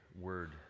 word